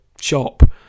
shop